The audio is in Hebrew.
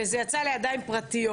וזה יוצא לידיים פרטיות,